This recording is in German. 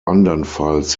andernfalls